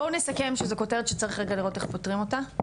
בואו נסכם את זה שזו כותרת שצריך רגע לראות איך פותרים אותה,